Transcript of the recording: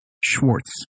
Schwartz